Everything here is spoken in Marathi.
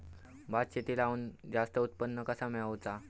भात शेती लावण जास्त उत्पन्न कसा मेळवचा?